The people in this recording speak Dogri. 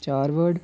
चार वर्ड